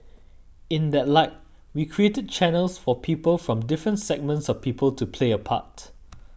in that light we created channels for people from different segments of people to play a part